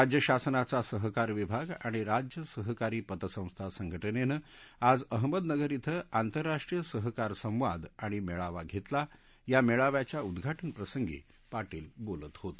राज्य शासनाचा सहकार विभाग आणि राज्य सहकारी पतसंस्था संघटनेनं आज अहमदनगर िि आंतरराष्ट्रीय सहकार संवाद आणि मेळावा घेतला या मेळाव्याच्या उद्घाटन प्रसंगी पाटील बोलत होते